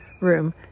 room